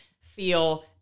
feel